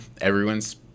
everyone's